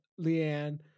Leanne